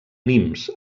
nimes